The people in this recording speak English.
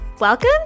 Welcome